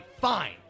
fine